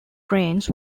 trains